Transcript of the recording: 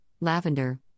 lavender